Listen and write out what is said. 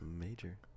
major